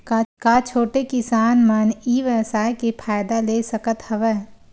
का छोटे किसान मन ई व्यवसाय के फ़ायदा ले सकत हवय?